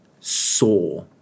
saw